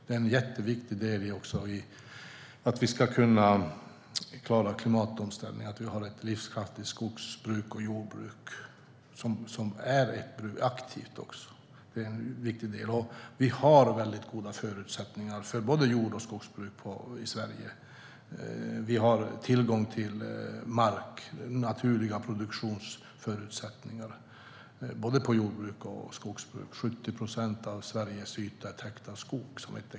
Ett livskraftigt och aktivt skogs och jordbruk är också en jätteviktig del för att vi ska kunna klara klimatomställningen, Vi har goda förutsättningar för både jord och skogsbruk i Sverige. Vi har tillgång till mark och naturliga produktionsförutsättningar. Som exempel är 70 procent av Sveriges yta täckt av skog.